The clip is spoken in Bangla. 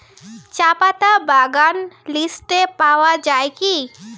চাপাতা বাগান লিস্টে পাওয়া যায় কি?